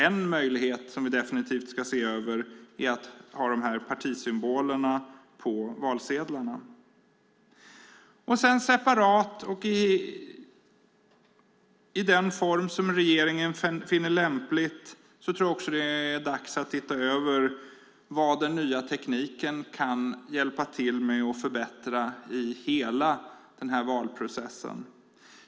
En möjlighet som vi definitivt ska se över är att ha partisymbolerna på valsedlarna. Sedan tror jag också att det är dags att separat och i den form som regeringen finner lämpligt titta över vad den nya tekniken kan hjälpa till med att förbättra i hela den här valprocessen.